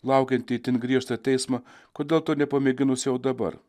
laukiantį itin griežtą teismą kodėl to nepamėginus jau dabar